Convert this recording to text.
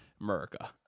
america